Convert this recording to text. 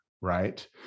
right